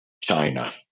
China